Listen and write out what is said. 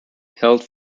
held